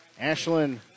Ashlyn